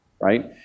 Right